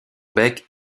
bec